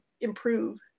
improve